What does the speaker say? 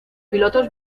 pilotos